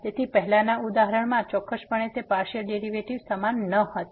તેથી પહેલાંના ઉદાહરણમાં ચોક્કસપણે તે પાર્સીઅલ ડેરીવેટીવ્ઝ સમાન ન હતા